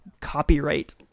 copyright